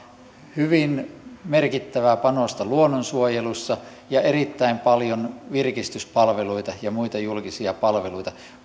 hyvin merkittävää panosta luonnonsuojelussa ja erittäin paljon virkistyspalveluita ja muita julkisia palveluita